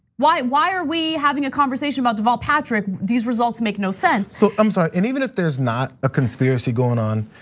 why why are we having a conversation about deval patrick, these results make no sense. so, i'm sorry. and even if there's not a conspiracy going on,